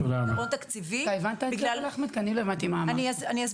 אני לא הבנתי מה אמרת.